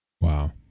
Wow